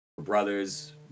brothers